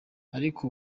ariko